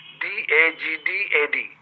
D-A-G-D-A-D